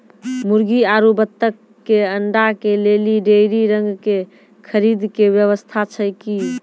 मुर्गी आरु बत्तक के अंडा के लेली डेयरी रंग के खरीद के व्यवस्था छै कि?